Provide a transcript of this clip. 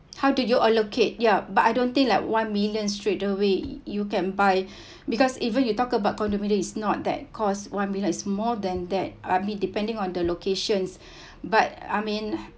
how did you allocate yup but I don't think like one million straight away you can buy because even you talk about condominium is not that cost one million is more than that I mean depending on the locations but I mean